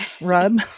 rub